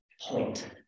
point